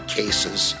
cases